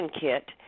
kit